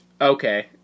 Okay